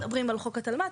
אנחנו מדברים על חוק התלמ"ת,